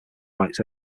rights